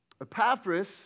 Epaphras